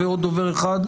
ועוד דובר אחד.